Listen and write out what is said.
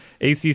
ACC